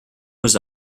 was